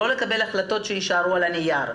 לא לקבל החלטות שיישארו על הנייר.